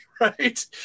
right